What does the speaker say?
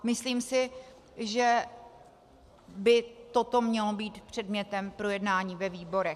Myslím si, že by toto mělo být předmětem projednání ve výborech.